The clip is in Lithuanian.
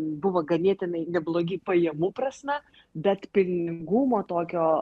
buvo ganėtinai neblogi pajamų prasme bet pelningumo tokio